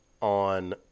on